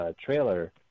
trailer